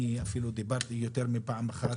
אני אפילו דיברתי יותר מפעם אחת